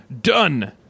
Done